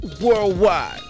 worldwide